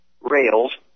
rails